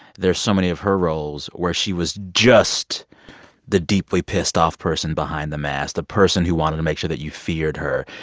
there's so many of her roles where she was just the deeply pissed-off person behind the mask, the person who wanted to make sure that you feared her.